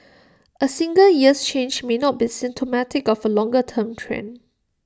A single year's change may not be symptomatic of A longer term trend